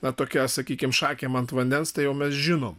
na tokia sakykim šakėm ant vandens tai jau mes žinom